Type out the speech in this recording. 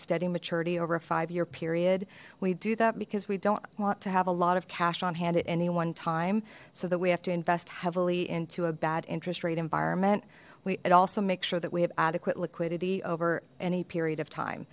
steady maturity over a five year period we do that because we don't want to have a lot of cash on hand at any one time so that we have to invest heavily into a bad interest rate environment we'd also make sure that we have adequate liquidity over any period of time